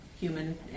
human